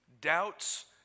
doubts